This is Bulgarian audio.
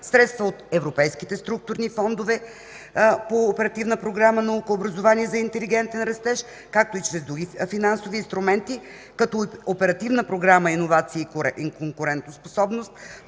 средства от европейските структурни фондове по Оперативна програма „Наука, образование за интелигентен растеж”, както и чрез финансови инструменти като Оперативна програма „Иновации и конкурентоспособност”,